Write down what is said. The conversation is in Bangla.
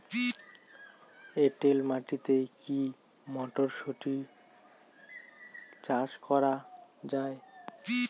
এটেল মাটিতে কী মটরশুটি চাষ করা য়ায়?